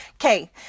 Okay